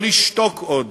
לא לשתוק עוד,